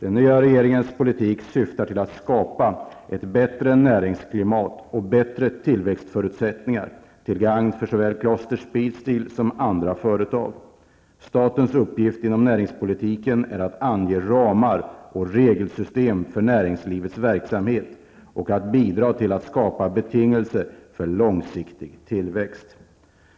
Den nya regeringens politik syftar till att skapa ett bättre näringslivsklimat och bättre tillväxtförutsättningar, till gagn för såväl Kloster Statens uppgift inom näringspolitiken är att ange ramar och regelsystem för näringslivets verksamhet och att bidra till att skapa betingelser för långsiktig tillväxt.